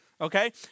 okay